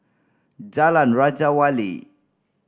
Jalan Raja Wali